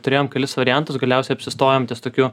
turėjom kelis variantus galiausiai apsistojom ties tokiu